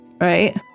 right